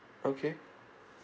okay